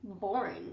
boring